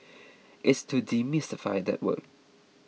it's to demystify that word